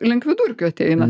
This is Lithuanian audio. link vidurkio ateina